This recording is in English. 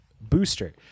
booster